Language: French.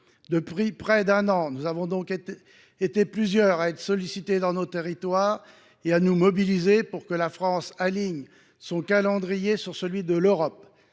Depuis près d’un an, nous avons donc été plusieurs à être sollicités, dans nos territoires, et à nous mobiliser pour que la France aligne son calendrier sur celui de l’Union